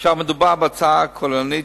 מדובר בהצעה כוללנית,